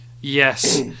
Yes